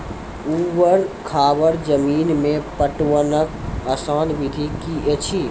ऊवर खाबड़ जमीन मे पटवनक आसान विधि की ऐछि?